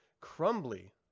crumbly